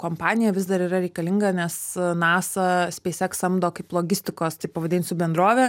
kompanija vis dar yra reikalinga nes nasa speis eks samdo kaip logistikos taip pavadinsiu bendrovę